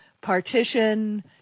partition